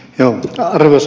arvoisa puhemies